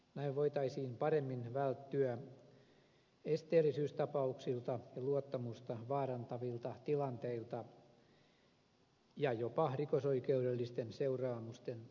näin voitaisiin paremmin välttyä esteellisyystapauksilta ja luottamusta vaarantavilta tilanteilta ja jopa rikosoikeudellisten seuraamusten harkitsemiselta